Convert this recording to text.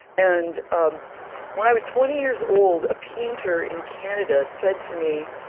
and um when i was twenty years old, a painter in canada said to me,